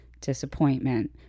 disappointment